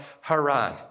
Haran